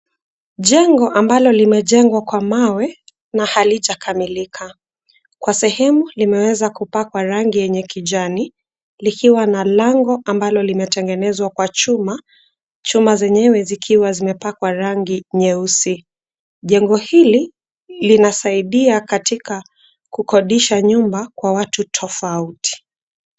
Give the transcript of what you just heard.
Jengo ambalo limejengwa kwa mawe na halijakamilika. Kwa sehemu, limeweza kupakwa rangi yenye kijani likiwa na lango ambalo limetengenezwa kwa chuma. Chuma zenyewe zikiwa zimepakwa rangi nyeusi. Jengo hili linasaidia katika kukodisha nyumba kwa watu tofauti.